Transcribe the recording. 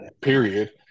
Period